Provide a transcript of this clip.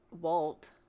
Walt